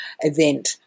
event